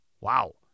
wow